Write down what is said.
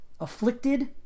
Afflicted